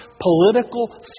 political